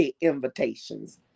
invitations